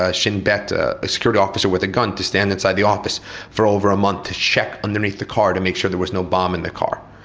ah shin bet ah security officer with a gun to stand inside the office for over a month to check underneath the car to make sure there was no bomb in the car.